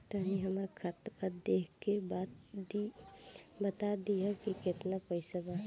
तनी हमर खतबा देख के बता दी की केतना पैसा बा?